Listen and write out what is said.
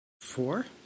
Four